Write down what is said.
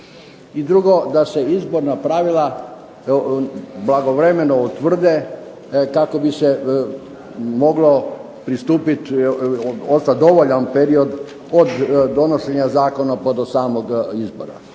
i drugo, da se izborna pravila blagovremeno utvrde kako bi se moglo pristupiti …/Govornik se ne razumije./… period od donošenja zakona pa do samog izbora.